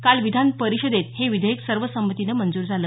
काल विधान परिषदेत हे विधेयक सर्वसंमतीनं मंजूर झालं